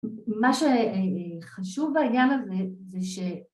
מה שחשוב בעניין הזה זה ש...